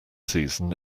season